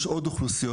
יש עוד אוכלוסיות.